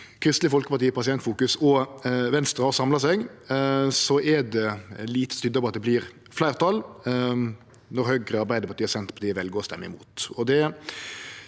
Kristeleg Folkeparti, Pasientfokus og Venstre – har samla seg, er det lite som tydar på at det vert fleirtal, når Høgre, Arbeidarpartiet og Senterpartiet vel å stemme imot.